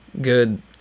good